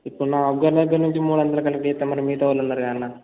ఇప్పుడు నా ఒక్క దగ్గరి నుంచి మూడువందల కలెక్ట్ చేస్తే మరి మిగతా వాళ్ళు ఉన్నారు కదా అన్న